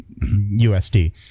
USD